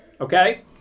Okay